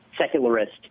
secularist